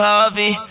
Harvey